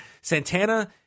Santana